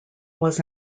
was